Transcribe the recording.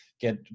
get